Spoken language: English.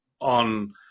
on